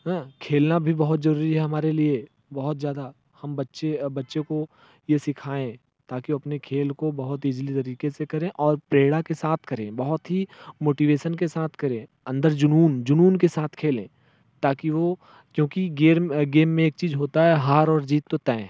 हँ खेलना भी बहुत जरूरी है हमारे लिए बहुत ज़्यादा हम बच्चे बच्चे को ये सिखाएँ ताकि अपने खेल को बहुत इजली तरीके से करें और प्रेरणा के साथ करें बहुत ही मोटिवेशन के साथ करें अंदर जुनून जुनून के साथ खेलें ताकि वो क्योंकि गेम में एक चीज होता है हार और जीत तो तय है